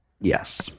Yes